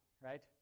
right